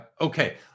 okay